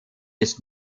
ist